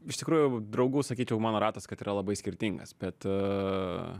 iš tikrųjų draugų sakyčiau mano ratas kad yra labai skirtingas bet